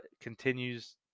continues